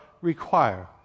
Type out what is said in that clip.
require